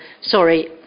sorry